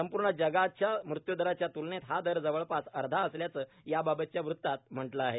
संपूर्ण जगाच्या मृत्यूदराच्या त्लनेत हा दर जवळपास अर्धा असल्याचं याबाबतच्या वृतात म्हटलं आहे